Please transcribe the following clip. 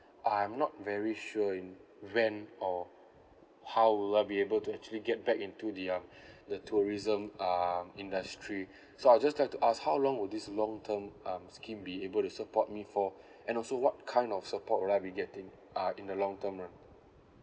I'm not very sure in when or how will I be able to actually get back into the um the tourism um industry so I'd just like to ask how long would this long term um scheme be able to support me for and also what kind of support will I be getting uh in the long term ah